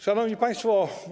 Szanowni Państwo!